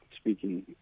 speaking